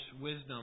wisdom